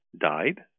died